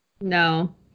No